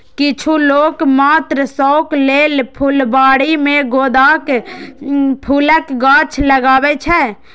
किछु लोक मात्र शौक लेल फुलबाड़ी मे गेंदाक फूलक गाछ लगबै छै